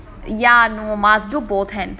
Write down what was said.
ya no must do both hands